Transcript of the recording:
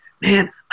man